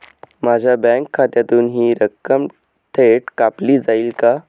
माझ्या बँक खात्यातून हि रक्कम थेट कापली जाईल का?